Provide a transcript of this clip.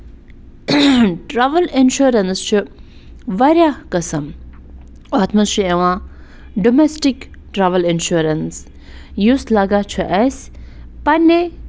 travel insurance چھُ واریاہ قٕسٕم اَتھ منٛز چھُ یِوان ڈوٚمٮ۪سٹِک ٹرٛاوٕل اِنشورَنٕس یُس لَگان چھُ اَسہِ پَنٛنے